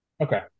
Okay